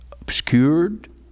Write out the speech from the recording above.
obscured